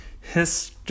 history